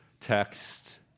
text